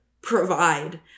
provide